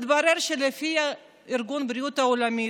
אז מתברר שלפי ארגון הבריאות העולמי